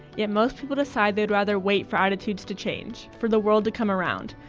yet most people decide they'd rather wait for attitudes to change, for the world to come around,